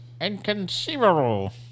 Inconceivable